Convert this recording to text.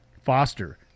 Foster